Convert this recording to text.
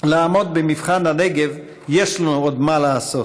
לעמוד במבחן הנגב יש לנו עוד מה לעשות: